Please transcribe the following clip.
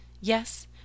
Yes